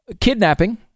Kidnapping